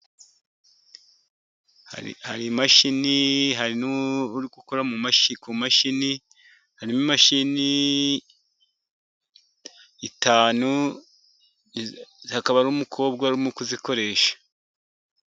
Hari imashini hari n'uri gukora mashi ku mashini, harimo imashini eshanu hakaba n'umukobwa urimo kuzikoresha.